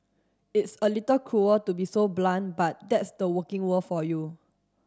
it's a little cruel to be so blunt but that's the working world for you